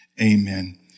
Amen